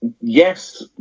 Yes